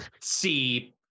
See